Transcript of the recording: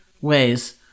ways